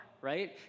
right